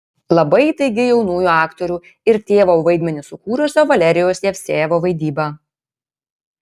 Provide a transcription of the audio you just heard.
labai įtaigi jaunųjų aktorių ir tėvo vaidmenį sukūrusio valerijaus jevsejevo vaidyba